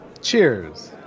Cheers